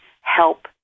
help